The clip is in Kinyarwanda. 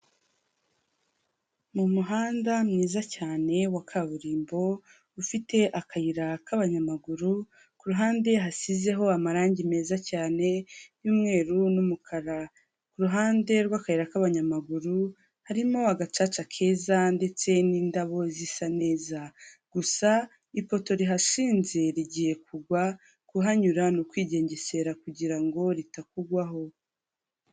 Mu muhanda mwiza cyane wa kaburimbo ufite akayira k'abanyamaguru ku ruhande hariho amarangi meza cyane y'umweru n'umukara ku ruhande rw'akayira k'abanyamaguru harimo agacaca keza ndetse n'indabo zisa neza gusa ifoto rihashinze rigiye kugwa kuhanyura ni ukwigengesera kugira ngo ritakugwaho.